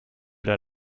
der